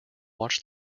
watch